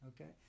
okay